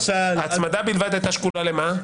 ההצמדה בלבד הייתה שקולה למה?